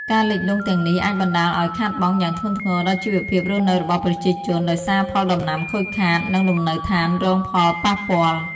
ការលិចលង់ទាំងនេះអាចបណ្ដាលឲ្យខាតបង់យ៉ាងធ្ងន់ធ្ងរដល់ជីវភាពរស់នៅរបស់ប្រជាជន ដោយសារផលដំណាំខូចខាត និងលំនៅឋានរងផលប៉ះពាល់។